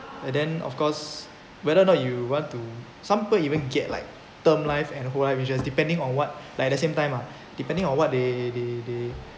and then of course whether or not you want to some people even get like term life and whole life insurance depending on what like at the same time lah depending on what they they they